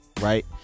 right